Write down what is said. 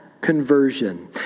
conversion